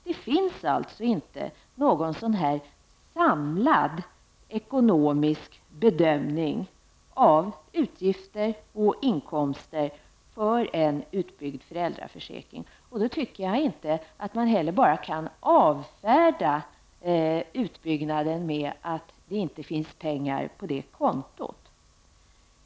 Det finns alltså inte någon samlad ekonomisk bedömning av utgifter och inkomster för en utbyggd föräldraförsäkring, och då kan man enligt min mening inte heller bara avfärda utbyggnaden med att det inte finns pengar på det kontot.